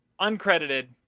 uncredited